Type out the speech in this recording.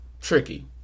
tricky